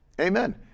Amen